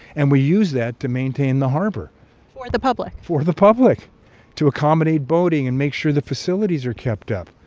and we use that to maintain the harbor for the public for the public to accommodate boating and make sure the facilities are kept up.